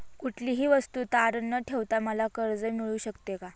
कुठलीही वस्तू तारण न ठेवता मला कर्ज मिळू शकते का?